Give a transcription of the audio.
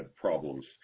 problems